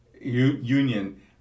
union